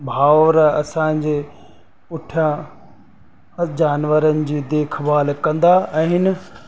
भाउर असांजे पुठियां जानवरनि जी देखभाल कंदा आहिनि